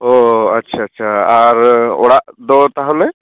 ᱚᱸᱻ ᱟᱪᱪᱷᱟ ᱟᱪᱪᱷᱟ ᱟᱨ ᱚᱲᱟᱜ ᱫᱚ ᱛᱟᱦᱚᱞᱮ